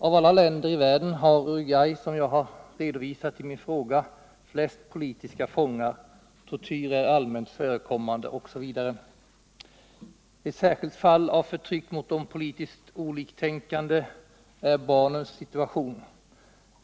Av alla länder i världen har Uruguay, såsom jag redovisat i min fråga, flest politiska fångar, tortyr är allmänt förekommande osv. Ett särskilt fall av förtryck mot de politiskt oliktänkande gäller barnens situation.